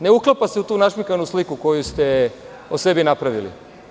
Ne uklapa se u tu našminkanu sliku koju ste o sebi napravili.